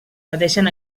pateixen